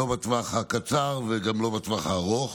לא בטווח הקצר וגם לא בטווח הארוך,